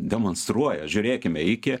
demonstruoja žiūrėkime iki